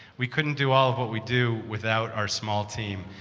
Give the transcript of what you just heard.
we couldn't do all of what we do without our small team.